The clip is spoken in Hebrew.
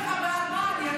אני תכף אסביר לך בעד מה אני.